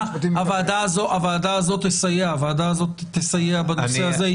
הוועדה הזאת תסייע בנושא הזה,